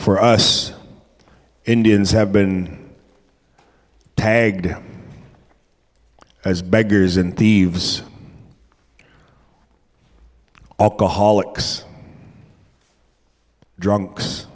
for us indians have been tagged as beggars and thieves alcoholics drunks